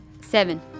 Seven